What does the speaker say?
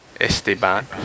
Esteban